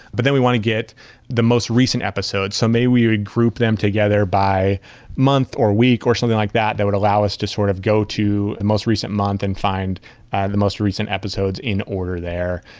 but then we want to get the most recent episode. so maybe we would group them together by month or week or something like that that would allow us to sort of go to the most recent month and find the most recent episodes in order there.